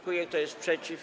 Kto jest przeciw?